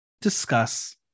discuss